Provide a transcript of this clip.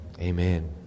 amen